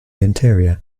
interior